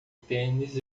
tênis